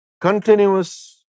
continuous